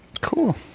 Cool